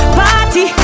party